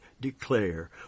declare